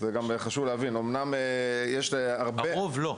הרוב לא,